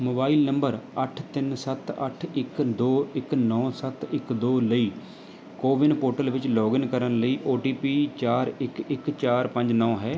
mobile number ਅੱਠ ਤਿੰਨ ਸੱਤ ਅੱਠ ਇੱਕ ਦੋੋੋ ਇੱਕ ਨੌ ਸੱਤ ਇੱਕ ਦੋੋੋੋੋ ਲਈ ਕੋਵਿਨ ਪੋਰਟਲ ਵਿੱਚ ਲੌਗਇਨ ਕਰਨ ਲਈ ਓ ਟੀ ਪੀ ਚਾਰ ਇੱਕ ਇੱਕ ਚਾਰ ਪੰਜ ਨੌ ਹੈ